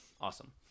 Awesome